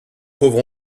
pauvre